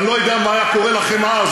אני לא יודע מה היה קורה לכם אז,